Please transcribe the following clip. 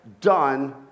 done